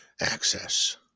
access